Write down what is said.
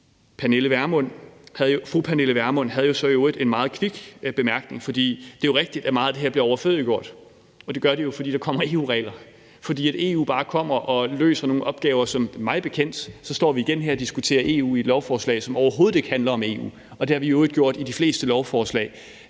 Fru Pernille Vermund havde jo så i øvrigt en meget kvik bemærkning, for det er jo rigtigt, at meget af det her bliver overflødiggjort, og det gør det jo, fordi der kommer EU-regler; fordi EU bare kommer og løser nogle opgaver. Mig bekendt står vi igen her og diskuterer EU i forbindelse med et lovforslag, som overhovedet ikke handler om EU, og det har vi i øvrigt gjort i forbindelse med de fleste lovforslag.